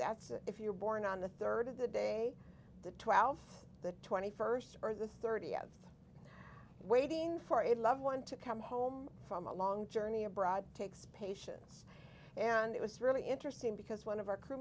that's if you're born on the third of the day the twelfth the twenty first or the thirty of waiting for a loved one to come home from a long journey abroad takes patience and it was really interesting because one of our crew